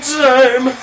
time